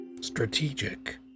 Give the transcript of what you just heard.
strategic